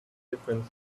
different